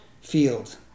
field